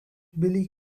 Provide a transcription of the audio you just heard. billy